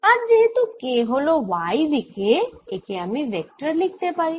আর যেহেতু K হল y দিকে একে আমি ভেক্টর লিখতে পারি